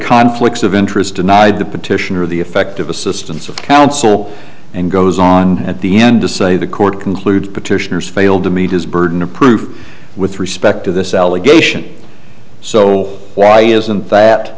conflicts of interest denied the petitioner of the effective assistance of counsel and goes on at the end to say the court concludes petitioners failed to meet his burden of proof with respect to this allegation so why isn't that